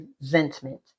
resentment